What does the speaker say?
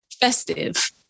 Festive